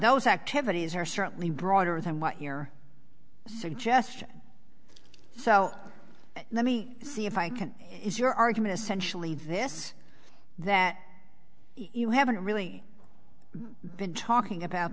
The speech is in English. those activities are certainly broader than what your suggestion so let me see if i can is your argument essentially this that you haven't really been talking about